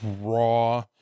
raw